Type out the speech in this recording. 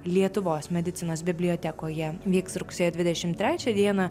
lietuvos medicinos bibliotekoje vyks rugsėjo dvidešim trečią dieną